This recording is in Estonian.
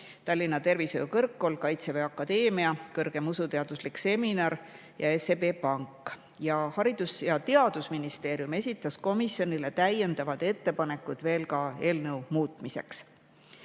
Tallinna Tervishoiu Kõrgkool, Kaitseväe Akadeemia, Kõrgem Usuteaduslik Seminar ja AS SEB Pank. Haridus‑ ja Teadusministeerium esitas komisjonile täiendavad ettepanekud eelnõu muutmiseks.